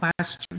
question